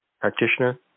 practitioner